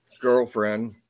girlfriend